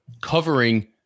covering